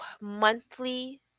monthly